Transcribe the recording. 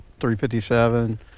.357